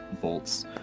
bolts